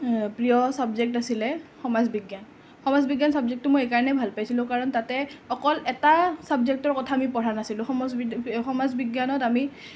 প্ৰিয় ছাবজেক্ট আছিলে সমাজ বিজ্ঞান সমাজ বিজ্ঞান ছাবজেক্টটো মই এই কাৰণে ভাল পাইছিলোঁ কাৰণ তাতে এটা ছাবজেক্টৰ কথা আমি পঢ়া নাছিলোঁ সমাজ বিজ্ঞানত আমি